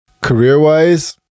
career-wise